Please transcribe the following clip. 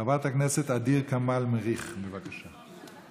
חברת הכנסת ע'דיר כמאל מריח, בבקשה.